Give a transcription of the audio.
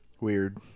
weird